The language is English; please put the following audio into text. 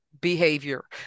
behavior